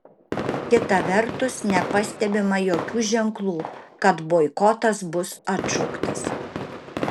kita vertus nepastebima jokių ženklų kad boikotas bus atšauktas